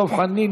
דב חנין,